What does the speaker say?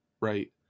right